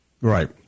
Right